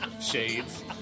shades